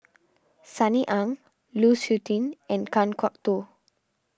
Sunny Ang Lu Suitin and Kan Kwok Toh